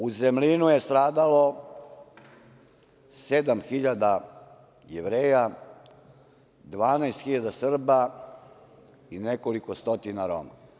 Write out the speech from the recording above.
U Zemlinu je stradalo 7.000 Jevreja, 12.000 Srba i nekoliko stotina Roma.